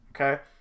okay